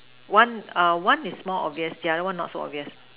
one err one is more obvious the other one is not so obvious